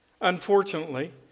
Unfortunately